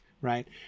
Right